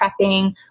prepping